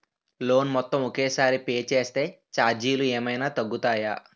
Loan మొత్తం ఒకే సారి పే చేస్తే ఛార్జీలు ఏమైనా తగ్గుతాయా?